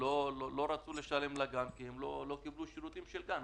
לא רצו לשלם לגן כי הם לא קיבלו שירותים של גן.